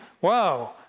Wow